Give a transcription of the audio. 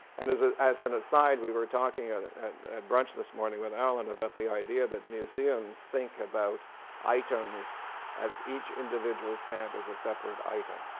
and ah as an aside we were talking at at brunch this morning with allen about the idea that museums think about items as each individual stamp is a separate item.